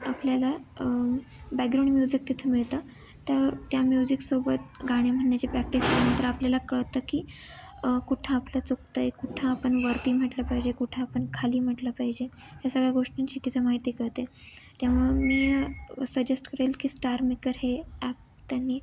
आपल्याला background music तिथं मिळतं त्या त्या म्युझिकसोबत गाणे म्हणण्याची प्रॅक्टिस केल्यानंतर आपल्याला कळतं की कुठं आपलं चुकतं आहे कुठं आपण वरती म्हटलं पाहिजे कुठं आपण खाली म्हटलं पाहिजे ह्या सगळ्या गोष्टींची तिथं माहिती कळते त्यामुळं मी सजेस्ट करेल की स्टारमेकर हे ॲप त्यांनी